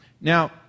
Now